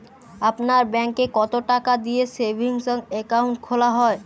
আপনার ব্যাংকে কতো টাকা দিয়ে সেভিংস অ্যাকাউন্ট খোলা হয়?